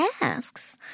asks